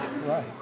right